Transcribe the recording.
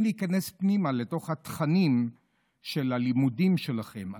להיכנס פנימה לתוך התכנים של הלימודים שלכם,